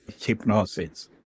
hypnosis